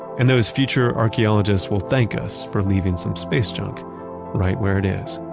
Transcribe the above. and those future archeologists will thank us for leaving some space junk right where it is